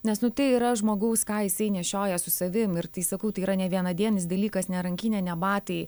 nes nu tai yra žmogaus ką jisai nešioja su savim ir tai sakau tai yra nevienadienis dalykas ne rankinė ne batai